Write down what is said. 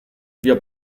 wir